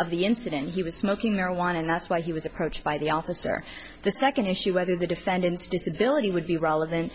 of the incident he was smoking marijuana and that's why he was approached by the officer the second issue whether the defendant's disability would be relevant